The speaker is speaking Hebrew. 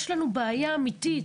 יש לנו בעיה אמיתית.